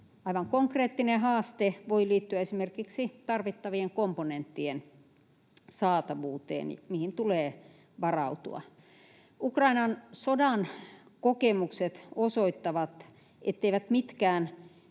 aivan konkreettinen haaste voi liittyä esimerkiksi tarvittavien komponenttien saatavuuteen, mihin tulee varautua. Ukrainan sodan kokemukset osoittavat, etteivät mitkään